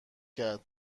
کرد